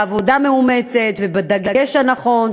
בעבודה מאומצת ובדגש הנכון,